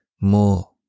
more